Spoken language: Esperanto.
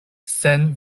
sen